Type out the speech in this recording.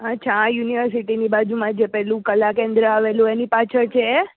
અ છા આ યુનિવર્સિટીની બાજુમાં જે કલા કોરા કેન્દ્ર આવેલું એની પાછળ છે એ